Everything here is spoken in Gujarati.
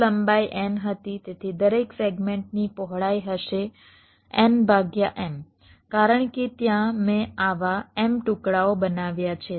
કુલ લંબાઈ n હતી તેથી દરેક સેગમેન્ટની પહોળાઈ હશે કારણ કે ત્યાં મેં આવા m ટુકડાઓ બનાવ્યા છે